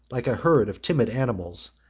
like a herd of timid animals,